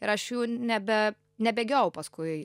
ir aš jų nebe nebėgiojau paskui